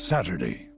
Saturday